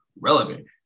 relevant